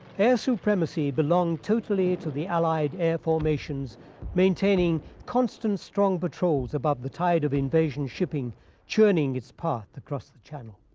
air supremacy belonged totally to the allied air formations maintaining constant strong patrols above the tide of invasion shipping churning its path across the channel.